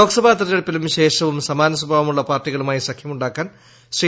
ലോക്സഭ തിരഞ്ഞെടുപ്പിലും ശേഷവും സമാന സ്വഭാവമുള്ള പാർട്ടികളുമായി സഖ്യമുണ്ടാക്കാൻ ശ്രീ